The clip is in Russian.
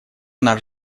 наш